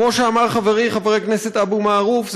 כמו שאמר חברי חבר הכנסת אבו מערוף,